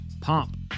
pomp